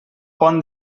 pont